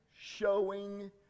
showing